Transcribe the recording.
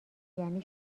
یعنی